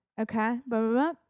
Okay